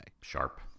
Sharp